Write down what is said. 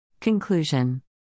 Conclusion